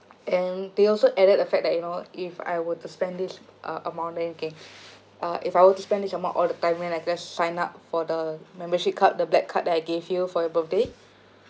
and they also added the fact that you know if I were to spend this uh amount then can uh if I were to spend this amount all the time then I just sign up for the membership card the black card that I gave you for your birthday